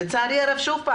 לצערי הרב שוב,